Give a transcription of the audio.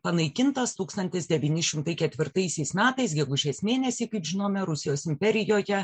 panaikintas tūkstantis devyni šimtai ketvirtaisiais metais gegužės mėnesį kaip žinome rusijos imperijoje